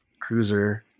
cruiser